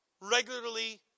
regularly